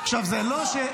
אבל יש מקום.